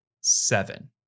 Seven